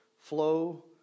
flow